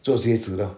做鞋子 lor